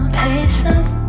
patience